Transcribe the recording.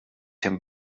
him